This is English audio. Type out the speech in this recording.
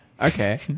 Okay